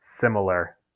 similar